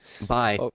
Bye